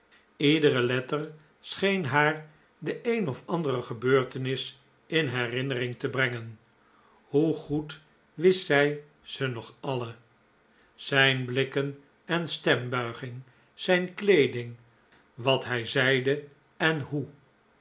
iedere letter scheen haar de een of andere gebeurtenis in herinnering te brengen hoe goed wist zij ze nog alle zijn blikken en stembuiging zijn kleeding wat hij zeide en hoe